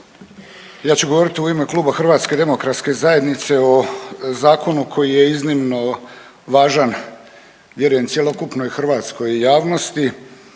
ja ću govoriti u ime Kluba HDZ-a o zakonu koji je iznimno važan, vjerujem, cjelokupnoj hrvatskoj javnosti,